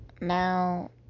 Now